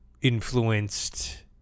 influenced